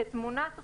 כתמונת ראי,